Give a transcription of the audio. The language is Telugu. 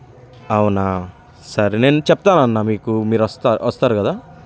అవునా సరే నేను చెప్తానన్నా మీకు మీరు వస్తాను వస్తారు గదా